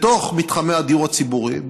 בתוך מתחמי הדיור הציבורי,